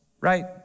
right